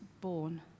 born